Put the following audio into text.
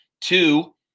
Two